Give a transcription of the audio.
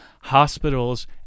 Hospitals